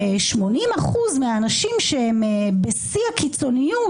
ש-80% מהאנשים שהם בשיא הקיצוניות,